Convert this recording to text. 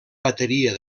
bateria